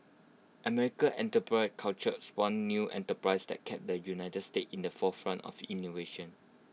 America enter culture spawned new enterprises that kept the united states in the forefront of innovation